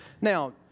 Now